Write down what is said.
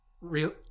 Real